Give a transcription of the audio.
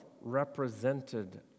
represented